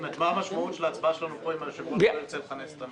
מה המשמעות של ההצבעה שלנו פה אם היושב-ראש לא ירצה לכנסת את המליאה.